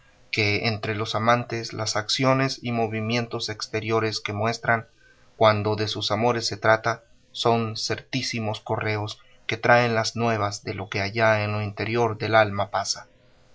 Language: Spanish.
entre los amantes las acciones y movimientos exteriores que muestran cuando de sus amores se trata son certísimos correos que traen las nuevas de lo que allá en lo interior del alma pasa